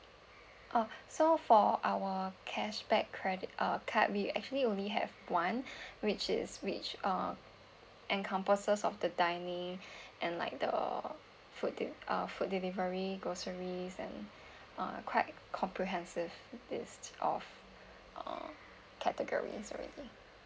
uh so for our cashback credit uh card we actually only have one which is which uh encompasses of the dining and like the food de~ uh food delivery groceries and uh quite comprehensive list of uh category already